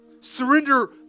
Surrender